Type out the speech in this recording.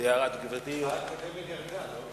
ההצעה הקודמת ירדה.